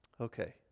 Okay